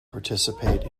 participate